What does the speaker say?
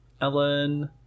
Ellen